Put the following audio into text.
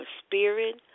spirit